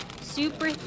super